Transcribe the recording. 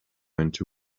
into